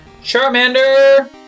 Charmander